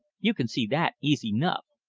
you can see that easy nuff!